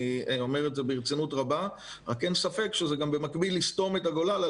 רק אין ספק שזה במקביל לסתום את הגולל על